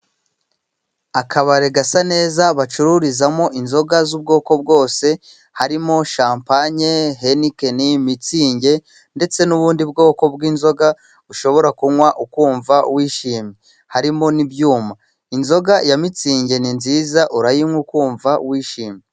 Akabari gasa neza， bacururizamo inzoga z'ubwoko bwose， harimo shampanye， henikeni， mitsingi，ndetse n'ubundi bwoko bw'inzoga ，ushobora kunywa ukumva wishimye. Harimo n'ibyuma， inzoga ya mitsingi，ni nziza urayinywa， ukumva wishimye.